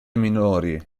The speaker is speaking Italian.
minori